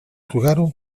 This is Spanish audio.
jugaron